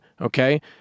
Okay